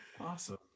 Awesome